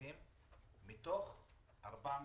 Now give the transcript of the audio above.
והנושא השני: ייצוג הולם לערבים בשירות